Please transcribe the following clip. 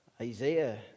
Isaiah